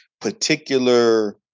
particular